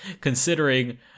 considering